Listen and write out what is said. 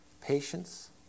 patience